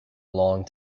long